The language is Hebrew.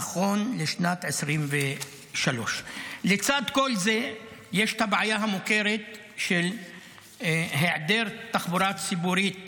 נכון לשנת 2023. לצד כל זה יש את הבעיה המוכרת של היעדר תחבורה ציבורית